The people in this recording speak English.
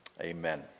Amen